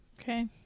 Okay